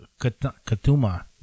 Katuma